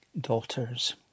daughters